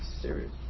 Serious